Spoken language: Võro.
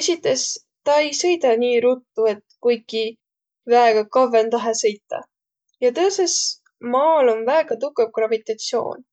esites tä ei sõidaq nii ruttu, et kuiki väega kavvõndahe sõitaq, ja tõsõs maal om väega tukõv gravitatsioon.